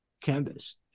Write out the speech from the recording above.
canvas